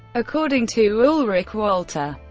according to ulrich wolter,